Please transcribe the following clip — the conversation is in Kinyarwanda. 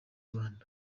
rwanda